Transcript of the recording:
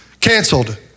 canceled